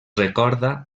recorda